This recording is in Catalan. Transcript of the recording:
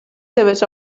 seves